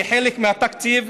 כחלק מהתקציב,